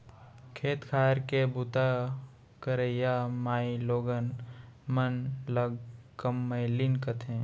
खेत खार के बूता करइया माइलोगन मन ल कमैलिन कथें